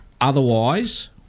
otherwise